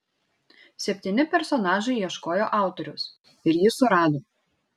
septyni personažai ieškojo autoriaus ir jį surado